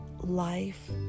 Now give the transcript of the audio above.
life